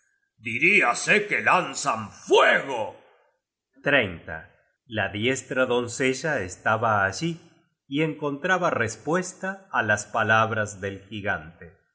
penetrantes diríase que lanzan fuego la diestra doncella estaba allí y encontraba respuesta á las palabras del gigante